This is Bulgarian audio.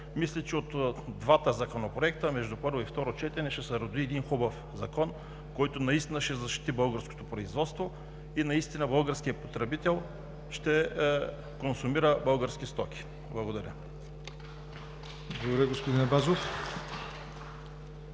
мисля, че от двата законопроекта между първо и второ четене ще се роди хубав закон, който ще защити българското производство и наистина българският потребител ще консумира български стоки. Благодаря. (Ръкопляскания от